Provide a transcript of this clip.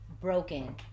broken